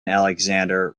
alexander